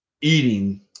eating